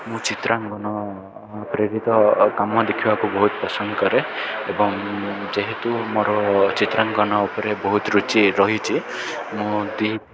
ମୁଁ ଚିତ୍ରାଙ୍କନ ପ୍ରେରିତ କାମ ଦେଖିବାକୁ ବହୁତ ପସନ୍ଦ କରେ ଏବଂ ଯେହେତୁ ମୋର ଚିତ୍ରାଙ୍କନ ଉପରେ ବହୁତ ରୁଚି ରହିଛି ମୁଁ ଦି